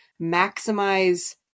maximize